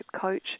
coach